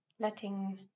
letting